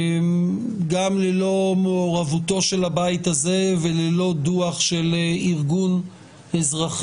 גם ללא מעורבותו של הבית הזה וללא דוח של ארגון אזרחי